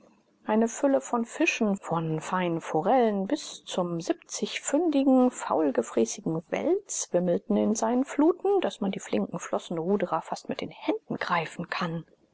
eine fülle von fischen vom feinen forellchen bis zum siebzigpfündigen faul gefräßigen wels wimmelt in seinen fluten daß man die flinken flossenruderer fast mit den händen greifen kann